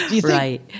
Right